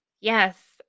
Yes